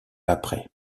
après